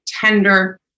tender